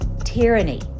tyranny